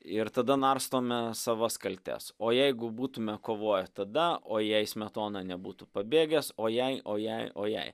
ir tada narstome savas kaltes o jeigu būtume kovoję tada o jei smetona nebūtų pabėgęs o jei o jei o jei